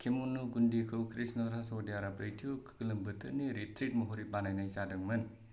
केम्मन' गुन्दैखौ क्रिष्ण'राज व'डेयारआ ब्रैथि गोलोम बोथोरनि रिट्रिट महरै बानायनाय जादोंमोन